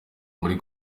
muri